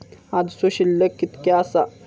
आजचो शिल्लक कीतक्या आसा?